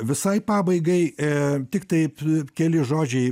visai pabaigai a tik taip keli žodžiai